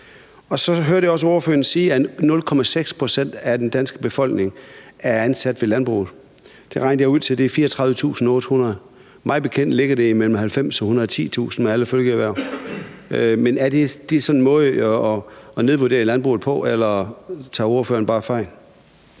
Så hørte jeg også ordføreren sige, at 0,6 pct. af den danske befolkning er ansat ved landbruget, og jeg har regnet ud, at det er 34.800. Mig bekendt ligger det mellem 90.000 og der er 110.000 med alle følgeerhverv. Er det sådan en måde at nedvurdere landbruget på, eller tager ordføreren bare fejl?